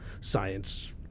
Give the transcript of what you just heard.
science